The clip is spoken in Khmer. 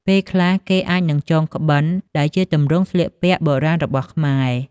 ពេលខ្លះគេអាចនឹងចងក្បិន ដែលជាទម្រង់ស្លៀកពាក់បុរាណរបស់ខ្មែរ។